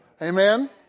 Amen